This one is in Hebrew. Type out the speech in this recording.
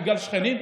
בגלל שכנים?